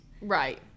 right